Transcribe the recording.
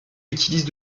utilise